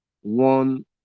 One